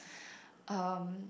um